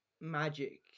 magic